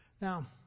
Now